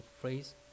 phrase